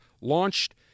launched